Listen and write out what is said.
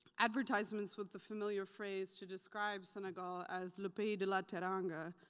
advertisements with the familiar phrase to describe senegal as le pays de la teranga,